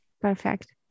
Perfect